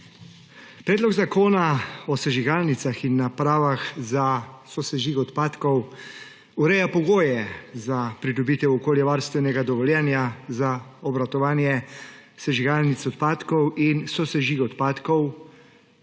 Predlog zakona o sežigalnicah in napravah za sosežig odpadkov ureja pogoje za pridobitev okoljevarstvenega dovoljenja za obratovanje sežigalnic odpadkov in sosežig odpadkov,